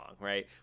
right